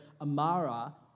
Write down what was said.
Amara